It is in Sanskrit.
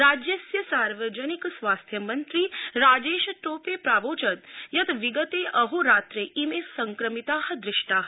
राज्यस्य सार्वजनिक स्वास्थ्य मंत्री राजेशटोपे प्रावोचत् यत् विगते अहोरात्रे इमे संक्रमिताः दृष्टाः